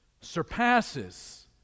surpasses